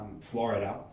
Florida